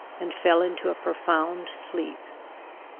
and fell into a profound sleep.